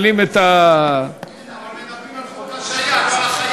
מנהלים, מדברים על חוק ההשעיה, לא על החייל.